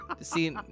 See